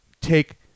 take